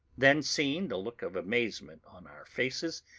then, seeing the look of amazement on our faces,